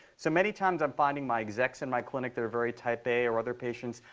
so many times, i'm finding my execs in my clinic that are very type a or other patients,